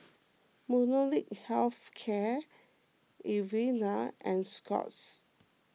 Molnylcke Health Care Avene and Scott's